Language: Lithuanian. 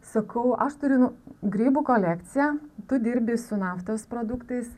sakau aš turiu grybų kolekciją tu dirbi su naftos produktais